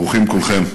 ברוכים כולכם,